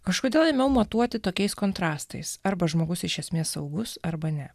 kažkodėl ėmiau matuoti tokiais kontrastais arba žmogus iš esmės saugus arba ne